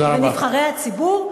בנבחרי הציבור?